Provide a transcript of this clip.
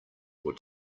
your